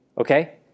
okay